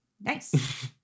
Nice